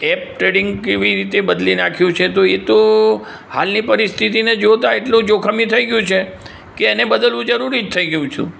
app trading કઈ રીતે બદલી નાખ્યું છે તો એ તો હાલની પરિસ્થિતિને જોતાં એટલું જોખમી થઇ ગયું છે કે એને બદલવું જરુરી જ થઇ ગયું હતું